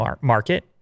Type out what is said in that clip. market